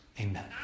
amen